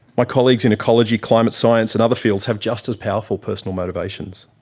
my colleagues in ecology, climate science and other fields have just as powerful personal motivations.